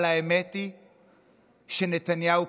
אבל בנימה של רצינות: ילדינו,